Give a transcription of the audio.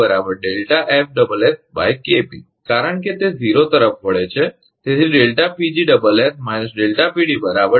કારણ કે તે 0 તરફ વળે છે